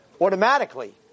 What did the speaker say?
Automatically